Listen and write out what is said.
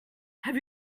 have